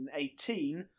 2018